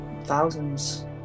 thousands